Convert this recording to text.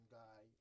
guy